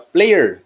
Player